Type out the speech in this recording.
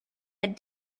had